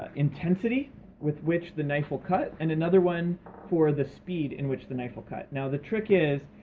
ah intensity with which the knife will cut, and another one for the speed in which the knife will cut. now the trick is,